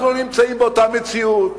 אנחנו לא נמצאים באותה מציאות.